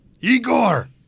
Igor